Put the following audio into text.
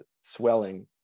swelling